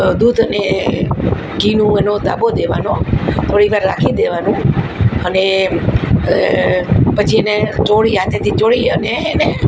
દૂધને ઘીનું એનો ધાબો દેવાનો થોડી વાર રાખી દેવાનું અને પછી એને ચોળી હાથેથી ચોળી અને એને